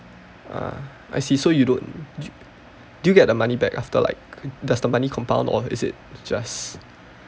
uh I see so you don't d~ do you get the money back after like does the money compound or is it just